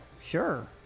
Sure